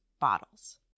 bottles